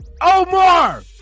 Omar